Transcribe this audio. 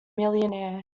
millionaire